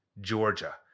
Georgia